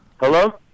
Hello